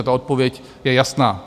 Ta odpověď je jasná.